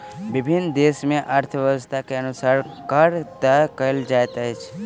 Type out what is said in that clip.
विभिन्न देस मे अर्थव्यवस्था के अनुसार कर तय कयल जाइत अछि